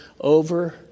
over